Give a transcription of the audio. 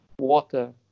water